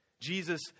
Jesus